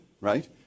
right